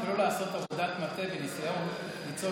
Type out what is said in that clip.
התחילו לעשות עבודת מטה בניסיון ליצור